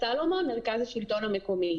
אני ממרכז השלטון המקומי.